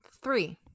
Three